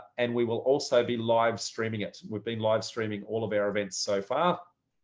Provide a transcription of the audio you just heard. and we will also be live streaming it. we've been live streaming all of our events so far.